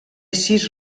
sis